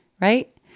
Right